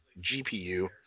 GPU